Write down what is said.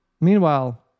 Meanwhile